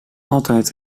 altijd